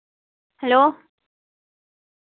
hello